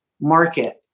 market